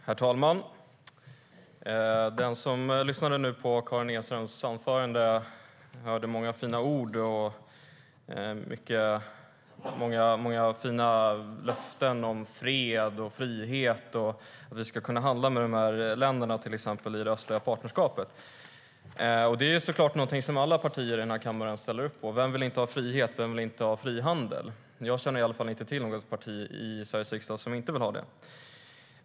Herr talman! Den som lyssnade på Karin Enströms anförande hörde många fina ord och löften om fred, frihet och att vi till exempel ska kunna handla med länderna i det östliga partnerskapet. Det är såklart något som alla partier i den här kammaren ställer upp på. Vem vill inte ha frihet? Vem vill inte ha frihandel? Jag känner inte till något parti i Sveriges riksdag som inte vill ha det.